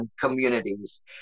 communities